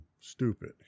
stupid